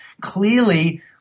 clearly